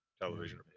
television